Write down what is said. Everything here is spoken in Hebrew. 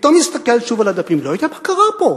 פתאום מסתכל שוב על המדפים: לא יודע מה קרה פה,